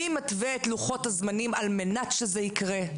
מי מתווה את לוחות הזמנים על מנת שזה יקרה?